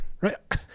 Right